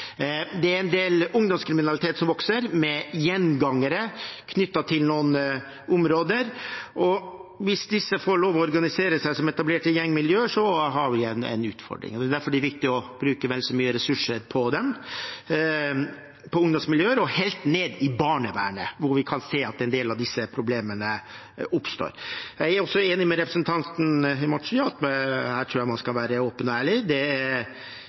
Det er en del ungdomskriminalitet som vokser, med gjengangere knyttet til noen områder, og hvis disse får lov til å organisere seg som etablerte gjengmiljøer, har vi en utfordring. Det er derfor det er viktig å bruke vel så mye ressurser på ungdomsmiljøer – helt ned til barnevernet – hvor vi kan se at en del av disse problemene oppstår. Jeg er også enig med representanten Gulati i at man her skal være åpen og ærlig; det er